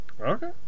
Okay